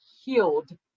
healed